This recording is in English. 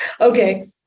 okay